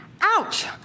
ouch